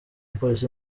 polisi